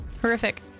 Horrific